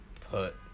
put